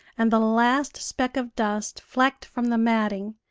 and the last speck of dust flecked from the matting,